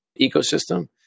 ecosystem